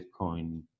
Bitcoin